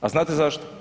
A znate zašto?